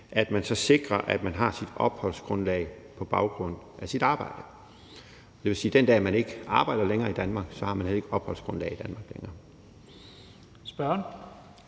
– så sikrer, at man har sit opholdsgrundlag på baggrund af sit arbejde. Det vil sige, at den dag man ikke længere arbejder i Danmark, har man heller ikke længere et opholdsgrundlag i Danmark.